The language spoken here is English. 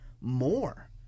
more